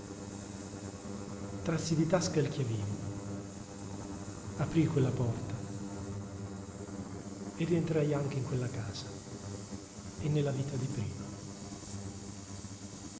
di tasca il chiavino aprii quella porta e rientrai anche in quella casa e nella vita di prima